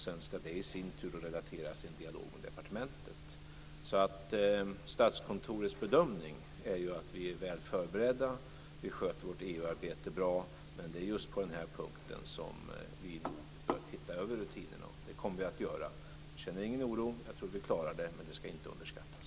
Sedan ska det i sin tur relateras i en dialog med departementet, så Statskontorets bedömning är att vi är väl förberedda och att vi sköter vårt EU-arbete bra. Men det är just på den här punkten som vi nog behöver se över rutinerna och det kommer vi att göra. Jag känner ingen oro utan jag tror att vi klarar det men det ska inte underskattas.